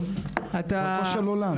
טוב, דרכו של עולם.